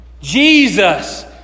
Jesus